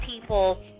people